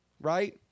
right